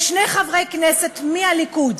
יש שני חברי כנסת מהליכוד,